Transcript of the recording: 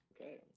Okay